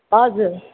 हजुर